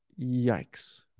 yikes